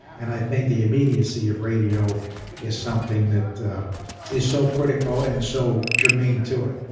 and i think the immediacy of radio is something that is so critical and so germane to it